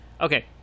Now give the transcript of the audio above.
Okay